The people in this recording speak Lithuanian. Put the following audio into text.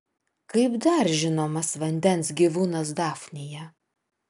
kaip dar žinomas vandens gyvūnas dafnija